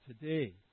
today